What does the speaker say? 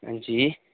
हां जी